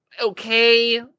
okay